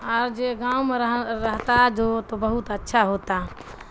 اور جو گاؤں میں رہ رہتا جو تو بہت اچھا ہوتا